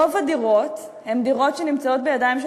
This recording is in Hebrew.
רוב הדירות הן דירות שנמצאות בידיים של